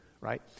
right